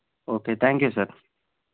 okay thank you sir